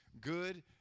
good